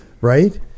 right